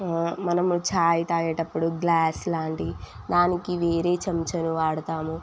మనము ఛాయ్ తాగేటప్పుడు గ్లాస్ లాంటివి దానికి వేరే చెంచాలు వాడుతాము